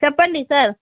చెప్పండి సార్